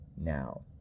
now